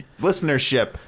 listenership